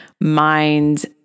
mind